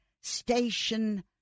station